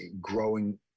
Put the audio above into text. growing